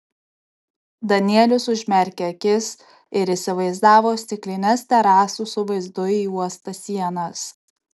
danielius užmerkė akis ir įsivaizdavo stiklines terasų su vaizdu į uostą sienas